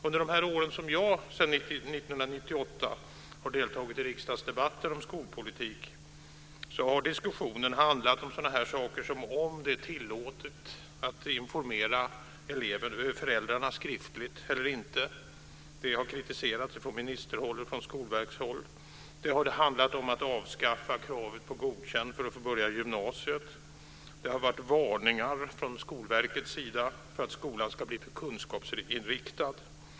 Under de år sedan 1998 som jag har deltagit i riksdagsdebatter om skolpolitik har diskussionen handlat om sådana saker som huruvida det är tillåtet att informera eleven och föräldrarna skriftligt eller inte. Detta har kritiserats från ministerhåll och från skolverkshåll. Det har handlat om att avskaffa kravet på godkänt för att få börja gymnasiet. Det har varit varningar från Skolverkets sida för att skolan ska bli för kunskapsinriktad.